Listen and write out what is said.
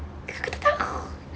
aku tak tahu